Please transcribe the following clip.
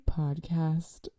podcast